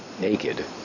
naked